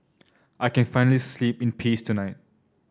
I can finally sleep in peace tonight